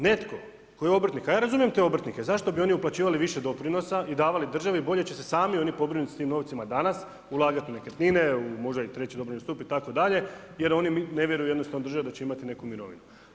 Netko koji je obrtnik, a ja razumijem te obrtnike, zašto bi oni uplaćivali više doprinosa i davali državi, bolje će se sami oni pobrinuti sa tim novcima danas, ulagati u nekretnine, možda i u treći dobrovoljni stup itd., jer oni ne vjeruju jednostavno državi da će imati neku mirovinu.